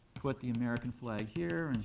put the american flag here,